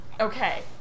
Okay